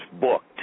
booked